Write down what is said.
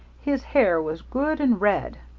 his hair was good and red.